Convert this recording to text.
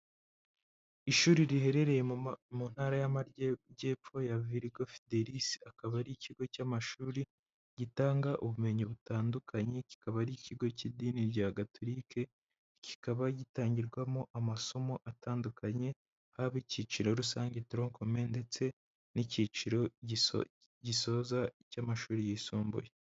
Ishuri riherereye mu ntara y'amajyejyepfo ya virigo fidelisI; akaba ari ikigo cy'amashuri gitanga ubumenyi butandukanye, kikaba ari ikigo cy'idini rya Gatorika, kikaba gitangirwamo amasomo atandukanye, haba icyiciro rusange (tronc commun) ndetse n'icyiciro gisoza cy'amashuri yisumbuye.